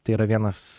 tai yra vienas